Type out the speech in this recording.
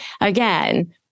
again